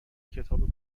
کتاب